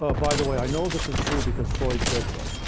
ah by the way, i know this is true, because freud said so.